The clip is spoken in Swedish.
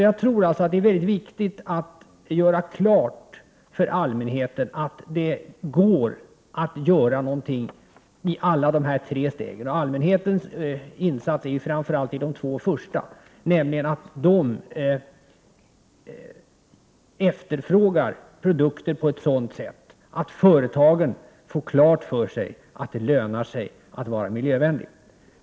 Jag tror att det är mycket viktigt att göra klart för allmänheten att det går att åstadkomma någonting i alla de här tre stegen. Allmänhetens insatser kommer framför allt in i de två första stegen, genom att de efterfrågar produkter på ett sådant sätt att företagen får klart för sig att det lönar sig att vara miljövänlig.